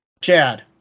Chad